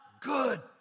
good